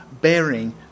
bearing